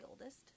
oldest